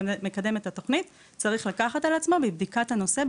שמקדם את התוכנית צריך לקחת על עצמו לבדיקת הנושא.